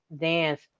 dance